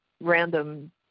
random